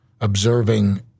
observing